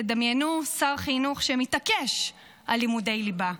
דמיינו שר חינוך שמתעקש על לימודי ליבה,